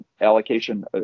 allocation